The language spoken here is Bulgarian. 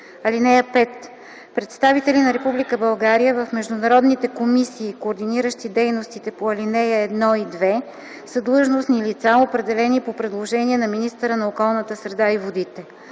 комисия. (5) Представители на Република България в международните комисии, координиращи дейностите по ал. 1 и 2, са длъжностни лица, определени по предложение на министъра на околната среда и водите.